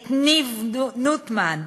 את ניב נוטמן.